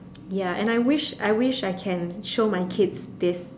ya and I wish I wish I can show my kids this